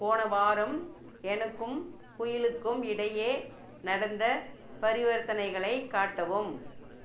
போன வாரம் எனக்கும் குயிலிக்கும் இடையே நடந்த பரிவர்த்தனைகளை காட்டவும்